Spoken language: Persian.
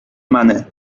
منه